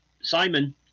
Simon